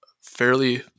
fairly